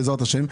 בעזרת השם,